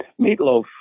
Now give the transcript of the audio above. Meatloaf